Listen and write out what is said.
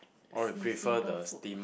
sim~ simple food